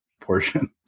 portion